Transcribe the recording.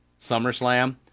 SummerSlam